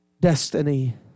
destiny